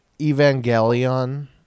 Evangelion